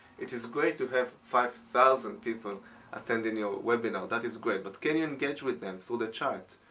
it is great to have five thousand people attending your webinar that is great but can you engage with them through the chat?